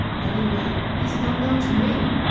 anyway, he's not known to me,